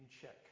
check